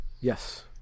Yes